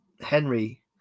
Henry